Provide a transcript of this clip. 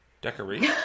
decorate